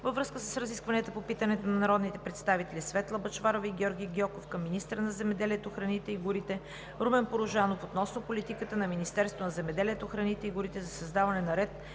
във връзка с разискванията по питането на народните представители Светла Бъчварова и Георги Гьоков към министъра на земеделието, храните и горите Румен Порожанов относно политиката на Министерството на земеделието, храните и горите за създаване на ред